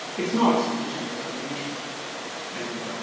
it's not a sufficient explanation and